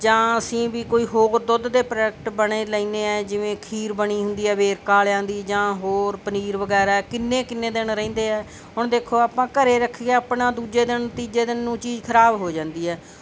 ਜਾਂ ਅਸੀਂ ਵੀ ਕੋਈ ਹੋਰ ਦੁੱਧ ਦੇ ਪ੍ਰੋਡਕਟ ਬਣੇ ਲੈਂਦੇ ਐਂ ਜਿਵੇਂ ਖੀਰ ਬਣੀ ਹੁੰਦੀ ਹੈ ਵੇਰਕਾ ਵਾਲਿਆਂ ਦੀ ਜਾਂ ਹੋਰ ਪਨੀਰ ਵਗੈਰਾ ਕਿੰਨੇ ਕਿੰਨੇ ਦਿਨ ਰਹਿੰਦੇ ਹੈ ਹੁਣ ਦੇਖੋ ਆਪਾਂ ਘਰੇ ਰੱਖੀਏ ਆਪਣਾ ਦੂਜੇ ਦਿਨ ਤੀਜੇ ਦਿਨ ਨੂੰ ਚੀਜ਼ ਖਰਾਬ ਹੋ ਜਾਂਦੀ ਹੈ